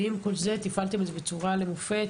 עם כל זה, תפעלתם את זה בצורה למופת.